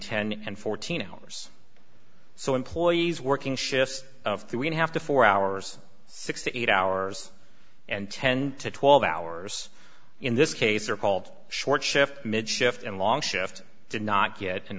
ten and fourteen hours so employees working shifts of three and a half to four hours six to eight hours and ten to twelve hours in this case are called short shift mid shift and long shift did not